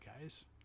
guys